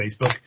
Facebook